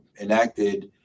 enacted